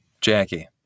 Jackie